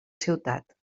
ciutat